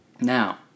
Now